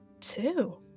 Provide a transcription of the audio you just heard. Two